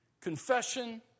confession